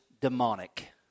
demonic